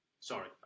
sorry